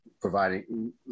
providing